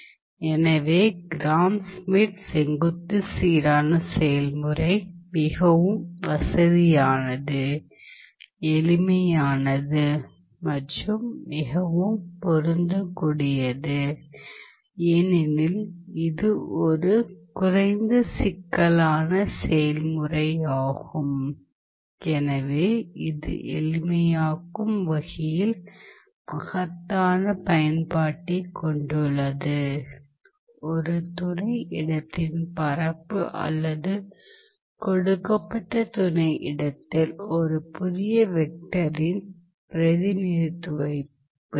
எனவே Gram Schmidt செங்குத்து சீரான செயல்முறை மிகவும் வசதியானது எளிமையானது மற்றும் மிகவும் பொருந்தக்கூடியது ஏனெனில் இது ஒரு குறைந்த சிக்கலான செயல்முறையாகும் மேலும் இது எளிமையாக்கும் வகையில் மகத்தான பயன்பாட்டைக் கொண்டுள்ளது ஒரு துணை இடத்தின் பரப்பு அல்லது கொடுக்கப்பட்ட துணை இடத்தில் ஒரு புதிய வெக்டரின் பிரதிநிதித்துவத்தைப் பெறுதல்